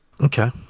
Okay